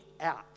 out